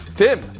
Tim